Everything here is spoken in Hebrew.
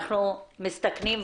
אנחנו מסתכנים,